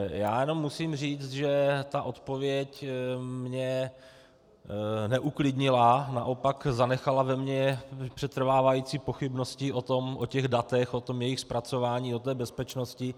Já jenom musím říct, že ta odpověď mě neuklidnila, naopak zanechala ve mně přetrvávající pochybnosti o těch datech, o jejich zpracování, o té bezpečnosti.